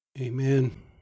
Amen